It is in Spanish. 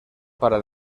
para